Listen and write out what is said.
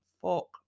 Fuck